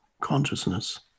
consciousness